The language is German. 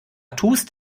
tust